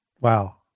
wow